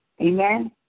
Amen